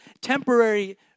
temporary